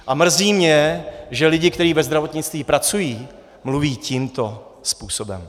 A mrzí mě, že lidé, kteří ve zdravotnictví pracují, mluví tímto způsobem.